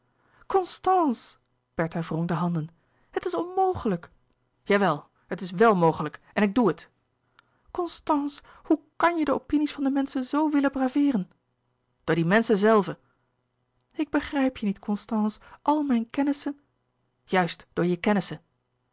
constance bertha wrong de handen het is onmogelijk jawel het is wèl mogelijk en ik doe het constance hoe kàn je de opinies van de menschen zoo willen braveeren door die menschen zelve louis couperus de boeken der kleine zielen ik begrijp je niet constance al mijn kennissen juist door je kennissen